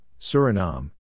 Suriname